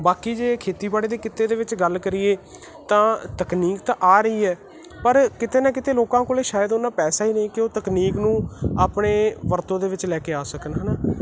ਬਾਕੀ ਜੇ ਖੇਤੀਬਾੜੀ ਦੇ ਕਿੱਤੇ ਦੇ ਵਿੱਚ ਗੱਲ ਕਰੀਏ ਤਾਂ ਤਕਨੀਕ ਤਾਂ ਆ ਰਹੀ ਐ ਪਰ ਕਿਤੇ ਨਾ ਕਿਤੇ ਲੋਕਾਂ ਕੋਲੇ ਸ਼ਾਇਦ ਓਨਾ ਪੈਸਾ ਈ ਨਈਂ ਕਿ ਉਹ ਤਕਨੀਕ ਨੂੰ ਆਪਣੇ ਵਰਤੋਂ ਦੇ ਵਿੱਚ ਲੈ ਕੇ ਆ ਸਕਣ ਹੈਨਾ